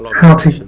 how to